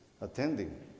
attending